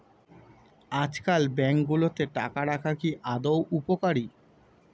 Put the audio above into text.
আজকাল ব্যাঙ্কগুলোতে টাকা রাখা কি আদৌ উপকারী?